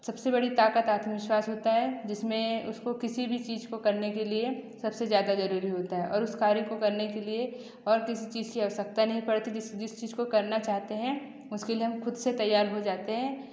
सब से बड़ी ताक़त आत्मविश्वास होता है जिसमें उसको किसी भी चीज़ को करने के लिए सब से ज़्यादा ज़रूरी होता है और उस कार्य को करने के लिए और किसी चीज़ की आवश्यकता नहीं पड़ती जिस चीज़ को करना चाहते हैं उसके लिए हम ख़ुद से तैयार हो जाते हैं